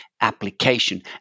application